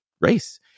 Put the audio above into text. race